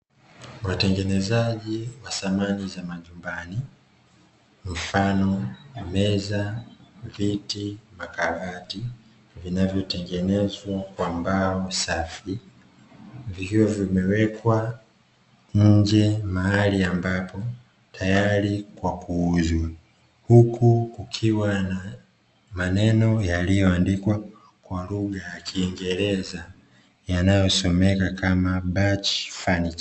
Watengenezaji wa samani za majumbani, mfano meza, viti makabati, vinavyotengenezwa kwa mbao safi, vikiwa vimewekwa nje mahali ambapo, tayari kwa kuuzwa, huku kukiwa na maneno yaliyoandikwa kwa lugha ya kiingereza, yanayosomeka kama "batch furniture".